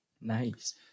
Nice